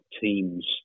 Teams